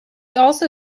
also